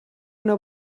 una